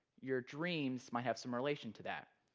your dreams might have some relation to that.